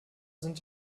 sind